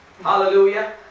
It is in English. Hallelujah